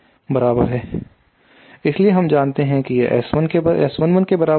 इसलिए हम जानते हैं कि यह S11 के बराबर है